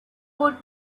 would